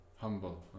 Humble